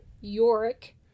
Yorick